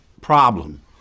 problem